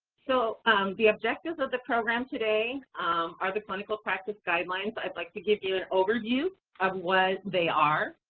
so the objectives of the program today are the clinical practice guidelines. i'd like to give you an overview of what they are,